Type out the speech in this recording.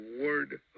word